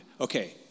okay